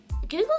Google